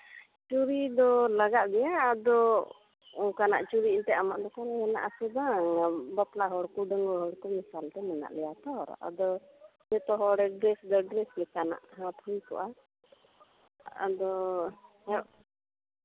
ᱪᱩᱲᱤ ᱫᱚ ᱞᱟᱜᱟᱜ ᱜᱮᱭᱟ ᱟᱫᱚ ᱚᱱᱠᱟᱱᱟᱜ ᱩᱲᱤ ᱮᱱᱛᱮᱜ ᱟᱢᱟᱜ ᱫᱚᱠᱟᱱᱨᱮ ᱢᱮᱱᱟᱜ ᱟᱥᱮ ᱵᱟᱝ ᱵᱟᱯᱞᱟ ᱦᱚᱲ ᱠᱚ ᱰᱟᱝᱜᱩᱣᱟᱹ ᱦᱚᱲ ᱠᱚ ᱢᱮᱥᱟᱞᱛᱮ ᱢᱮᱱᱟᱜ ᱞᱮᱭᱟ ᱛᱚ ᱟᱫᱚ ᱡᱚᱛᱚ ᱦᱚᱲ ᱰᱨᱮᱥ ᱫᱚ ᱰᱨᱮᱥ ᱞᱮᱠᱟᱱᱟᱜ ᱦᱟᱴ ᱦᱩᱭ ᱠᱚᱜᱼᱟ ᱟᱫᱚ